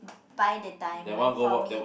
buy the diamond for me